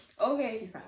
okay